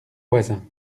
voisin